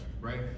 right